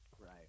Right